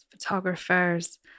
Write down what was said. photographers